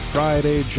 Friday